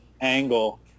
angle